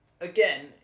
Again